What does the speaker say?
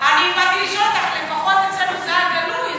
אני באתי לשאול אותך: לפחות אצלנו זה היה גלוי.